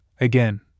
Again